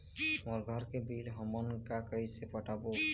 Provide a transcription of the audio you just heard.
मोर घर के बिल हमन का कइसे पटाबो?